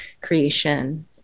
creation